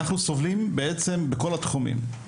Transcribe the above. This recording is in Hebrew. אנחנו סובלים בעצם בכל התחומים, בחינוך,